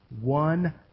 one